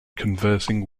conversing